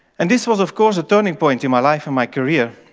and this was, of course, a turning point in my life and my career